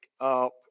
up